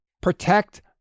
Protect